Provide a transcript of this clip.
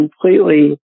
completely